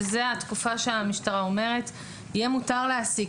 וזו התקופה שהמשטרה אומרת שיהיה מותר להעסיק,